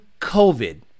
COVID